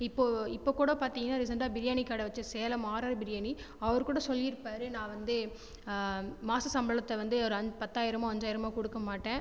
இப்போ இப்போ கூட பார்த்தீங்கனா ரீசெண்டாக பிரியாணி கடை வச்சு சேலம் ஆர்ஆர் பிரியாணி அவர் கூட சொல்லிருப்பாரு நான் வந்து மாத சம்பளத்தை வந்து ஒரு அஞ்சு பத்தாயிரமோ அஞ்சாயிரமோ கொடுக்கமாட்டன்